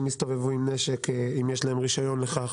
יסתובבו עם נשק אם יש להם רישיון לכך.